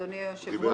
אדוני היושב-ראש,